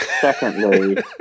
Secondly